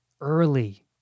early